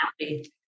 happy